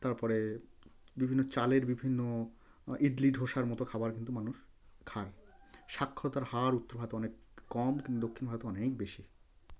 তারপরে বিভিন্ন চালের বিভিন্ন ইডলি ধোসার মতো খাবার কিন্তু মানুষ খায় সাক্ষরতার হার উত্তরে হয়তো অনেক কম কিন্তু দক্ষিণ ভারতে অনেক বেশি